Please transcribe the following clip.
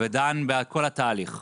ודן בכל התהליך.